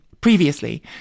previously